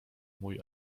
mój